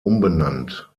umbenannt